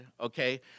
okay